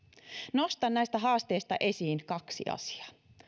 nostan näistä haasteista esiin kaksi asiaa